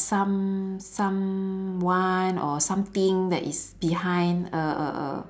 some someone or something that is behind a a a